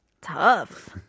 tough